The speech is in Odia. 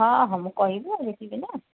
ଅହ ମୁଁ କହିବି ଆଉ ଦେଖିକିନା